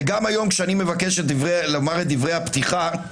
וגם היום, כשאני מבקש לומר את דברי הפתיחה,